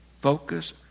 Focus